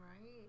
right